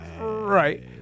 Right